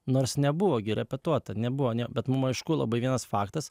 nors nebuvogi repetuota nebuvo bet mum aišku labai vienas faktas